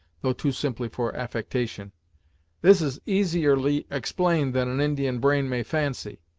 though too simply for affectation this is easierly explained than an indian brain may fancy.